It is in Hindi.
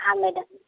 हाँ मैडम